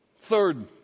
Third